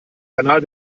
kanal